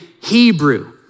Hebrew